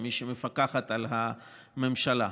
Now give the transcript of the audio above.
כמי שמפקחת על הממשלה.